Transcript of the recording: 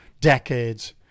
decades